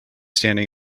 standing